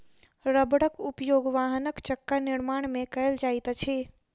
रबड़क उपयोग वाहनक चक्का निर्माण में कयल जाइत अछि